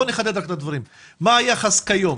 בואי נחדד רק את הדברים: מה היחס כיום,